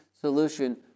solution